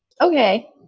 Okay